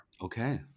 Okay